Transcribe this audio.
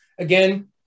Again